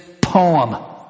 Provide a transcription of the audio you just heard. poem